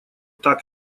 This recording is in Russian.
так